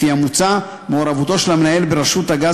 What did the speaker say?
מוצע כי מעורבותו של המנהל ברשות הגז